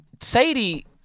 Sadie